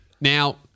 now